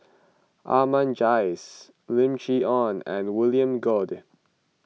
Ahmad Jais Lim Chee Onn and William Goode